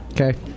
Okay